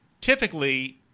typically